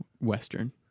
western